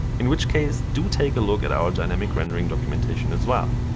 in which case, do take a look at our dynamic rendering documentation as well.